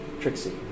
Trixie